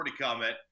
comment